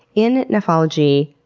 in nephology,